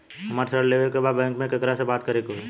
हमरा ऋण लेवे के बा बैंक में केकरा से बात करे के होई?